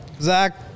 Zach